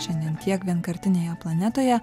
šiandien tiek vienkartinėje planetoje